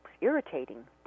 irritating